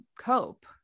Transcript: cope